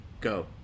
Go